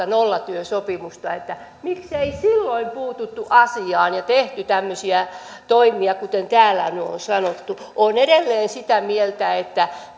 nollatyösopimusta niin miksei silloin puututtu asiaan ja tehty tämmöisiä toimia kuten täällä nyt on sanottu olen edelleen sitä mieltä että